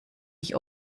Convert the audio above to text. ich